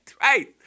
right